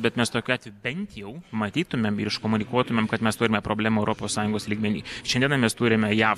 bet mes tokiu atveju bent jau matytumėm ir iškomunikuotumėm kad mes turime problemų europos sąjungos lygmeny šiandienai mes turime jav